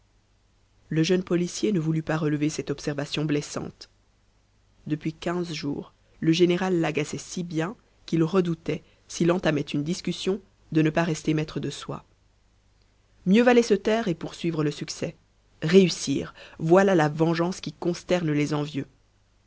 le jeune policier ne voulut pas relever cette observation blessante depuis quinze jours le général l'agaçait si bien qu'il redoutait s'il entamait une discussion de ne pas rester maître de soi mieux valait se taire et poursuivre le succès réussir voilà la vengeance qui consterne les envieux